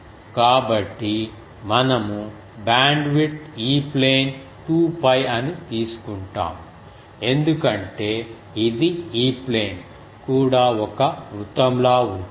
కాబట్టి మనము bandwidth E plane 2 𝜋 అని తీసుకుంటాము ఎందుకంటే ఇది E ప్లేన్ కూడా ఒక వృత్తంలా ఉంటుంది